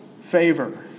favor